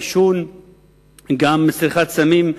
עישון וגם צריכת סמים,